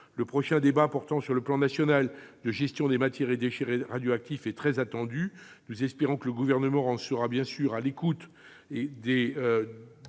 Le prochain débat portant sur le plan national de gestion des matières et déchets radioactifs est très attendu. Nous espérons que le Gouvernement sera à l'écoute